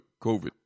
COVID